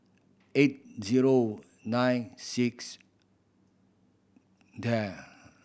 eight zero nine six